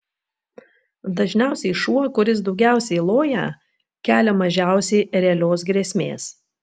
dažniausiai šuo kuris daugiausiai loja kelia mažiausiai realios grėsmės